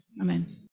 Amen